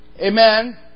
Amen